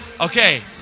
Okay